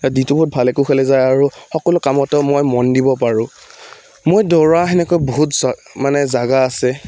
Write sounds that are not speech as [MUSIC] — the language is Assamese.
দিনটো বহুত ভাল একো খেলে যায় আৰু সকলো কামতো মই মন দিব পাৰোঁ মই দৌৰা সেনেকৈ বহুত [UNINTELLIGIBLE] মানে জেগা আছে